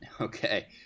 Okay